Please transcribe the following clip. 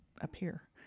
appear